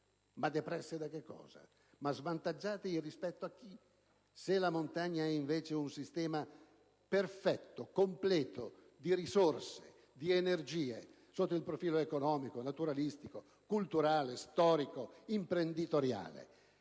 Ma depresse da che cosa? Svantaggiate rispetto a chi? La montagna è invece un sistema perfetto, completo di risorse, di energie sotto il profilo economico, naturalistico, culturale, storico, imprenditoriale.